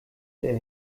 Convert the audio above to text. der